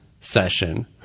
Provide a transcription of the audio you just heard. session